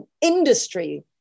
industry